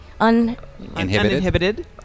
uninhibited